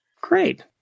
Great